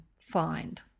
find